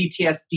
PTSD